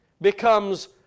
becomes